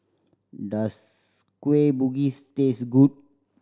does Kueh Bugis taste good